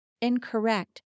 incorrect